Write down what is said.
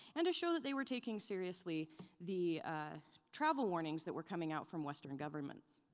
and to show that they were taking seriously the travel warnings that were coming out from western governments.